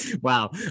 Wow